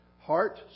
heart